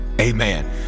Amen